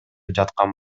жаткан